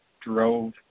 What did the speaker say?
drove